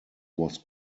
was